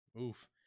oof